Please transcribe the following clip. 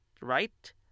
right